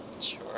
Sure